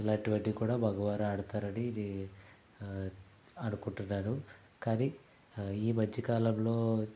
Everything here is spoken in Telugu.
ఇలాంటివి కూడా మగవారు ఆడుతారు అనేది అనుకుంటున్నాను కానీ ఈ మధ్య కాలంలో